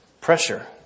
Pressure